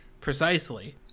Precisely